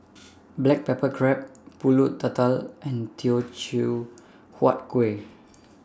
Black Pepper Crab Pulut Tatal and Teochew Huat Kuih